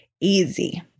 easy